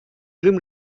grim